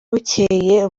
bukeye